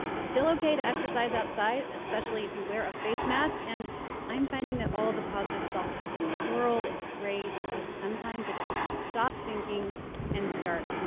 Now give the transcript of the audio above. it's still ok to exercise outside, especially if you wear a face mask. and i'm finding that all the positive self-talk in the world is great, but sometimes it helps to stop thinking and start and